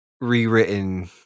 rewritten